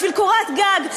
בשביל קורת גג,